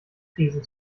krisen